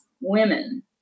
women